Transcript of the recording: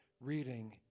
reading